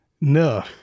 no